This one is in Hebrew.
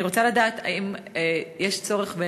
אני רוצה לדעת אם יש צורך,